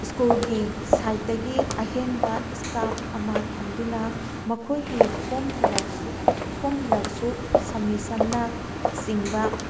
ꯁ꯭ꯀꯨꯜꯒꯤ ꯁꯥꯏꯠꯇꯒꯤ ꯑꯍꯦꯟꯕ ꯏꯁꯇꯥꯞ ꯑꯃ ꯊꯝꯗꯨꯅ ꯃꯈꯣꯏꯒꯤ ꯐꯣꯝ ꯐꯤꯜ ꯎꯞꯁꯨ ꯐꯣꯝ ꯐꯤꯜ ꯎꯞꯁꯨ ꯁꯝꯃꯤꯁꯟꯅ ꯆꯤꯡꯕ